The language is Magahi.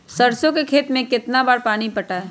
सरसों के खेत मे कितना बार पानी पटाये?